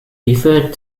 referred